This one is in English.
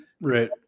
Right